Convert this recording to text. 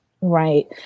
right